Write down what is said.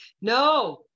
no